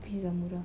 pizza murah